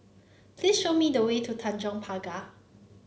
please show me the way to Tanjong Pagar